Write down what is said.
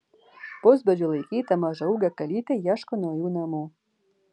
pusbadžiu laikyta mažaūgė kalytė ieško naujų namų